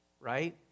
right